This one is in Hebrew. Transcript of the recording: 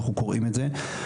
אנחנו קוראים את זה.